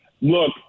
look